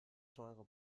teure